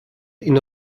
اینو